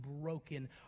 broken